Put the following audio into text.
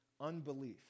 unbelief